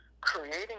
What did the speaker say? creating